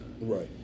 Right